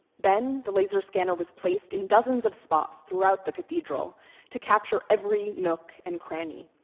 then, the laser scanner was placed in dozens of spots throughout the cathedral to capture every nook and cranny.